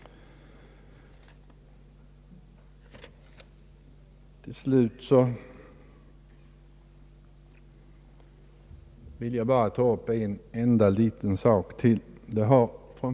Till slut ytterligare en enda liten sak.